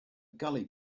gully